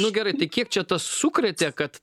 nu gerai tai kiek čia tas sukrėtė kad